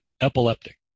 epileptic